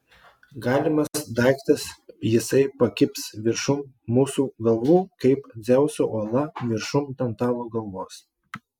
galimas daiktas jisai pakibs viršum mūsų galvų kaip dzeuso uola viršum tantalo galvos